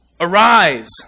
Arise